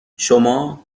شما